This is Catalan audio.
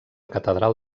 catedral